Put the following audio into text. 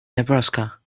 nebraska